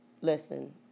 listen